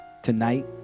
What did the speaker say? tonight